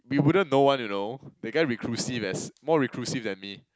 we wouldn't know one you know that guy reclusive as more reclusive than me